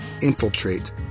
infiltrate